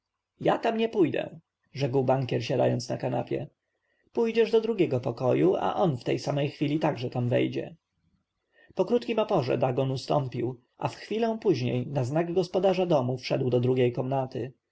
ja tam nie pójdę rzekł bankier siadając na kanapie pójdziesz do drugiego pokoju a on w tej samej chwili także tam wejdzie po krótkim oporze dagon ustąpił a w chwilę później na znak gospodarza domu wszedł do drugiej komnaty